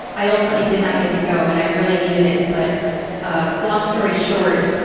i ultimately did not get to go, and i really needed it, but ah long story short,